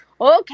Okay